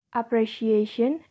appreciation